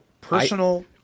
personal